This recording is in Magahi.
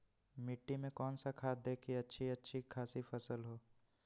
मिट्टी में कौन सा खाद दे की अच्छी अच्छी खासी फसल हो?